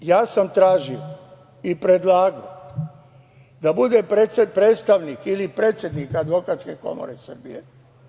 U tom telu ja sam tražio i predlagao da bude predstavnik ili predsednik Advokatske komore Srbije.